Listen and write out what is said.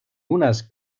unas